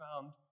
found